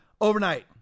overnight